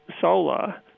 solar